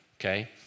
okay